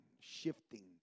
shifting